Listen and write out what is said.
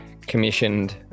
commissioned